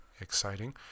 exciting